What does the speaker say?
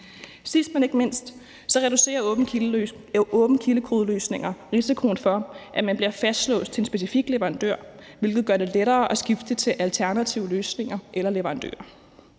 Sidst, men ikke mindst, reducerer åben kilde kode-løsninger risikoen for, at man bliver fastlåst til en specifik leverandør, hvilket gør det lettere at skifte til alternative løsninger eller leverandører.